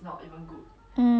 ya lor